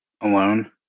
Alone